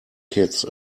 kids